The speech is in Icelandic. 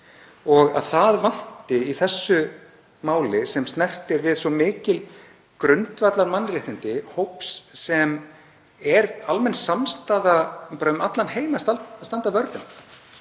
Að það vanti í þessu máli, sem snertir svo mikil grundvallarmannréttindi hóps sem er almenn samstaða um allan heim að standa vörð um